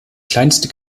kleinste